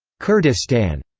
kurdistan,